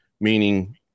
Meaning